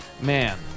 Man